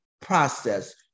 process